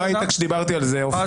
לא היית כשדיברתי על זה, עופר.